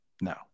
No